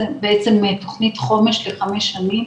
בעצם של תוכנית חומש לחמש שנים